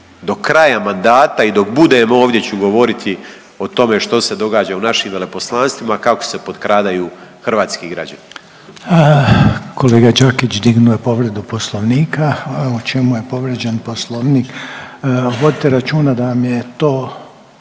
Do kraja mandata i dok budem ovdje ću govoriti što se događa u našim veleposlanstvima, kako se podkradaju hrvatski građani. **Reiner, Željko (HDZ)** Kolega Đakić dignuo je povredu Poslovnika. U čemu povrijeđen Poslovnik? Vodite računa da vam je to,